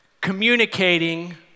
communicating